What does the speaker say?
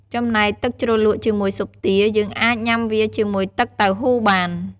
ចំណែកទឺកជ្រលក់ជាមួយស៊ុបទា យើងអាចញំុាវាជាមួយទឹកតៅហ៊ូបាន។